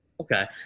Okay